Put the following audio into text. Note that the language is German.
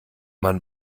man